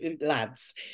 lads